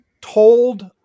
told